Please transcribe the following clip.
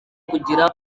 kugira